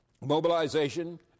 mobilization